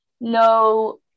no